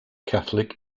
catholic